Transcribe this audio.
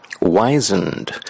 wizened